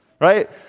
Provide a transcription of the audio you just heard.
Right